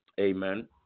amen